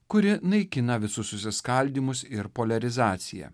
kuri naikina visus susiskaldymus ir poliarizaciją